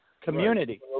community